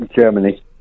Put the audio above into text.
Germany